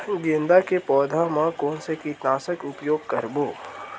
गेंदा के पौधा म कोन से कीटनाशक के उपयोग करबो?